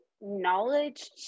knowledge